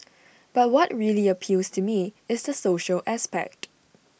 but what really appeals to me is the social aspect